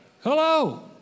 Hello